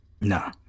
No